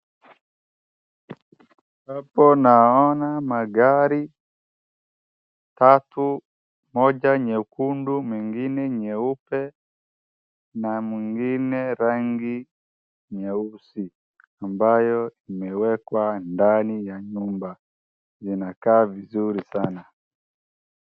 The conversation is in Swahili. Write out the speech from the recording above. Hapo naona magari tatu, moja nyekundu mwingine nyeupe na mwingine rangi nyeusi ambaye imeekwa ndani ya nyumba zinakaa vizuri sana.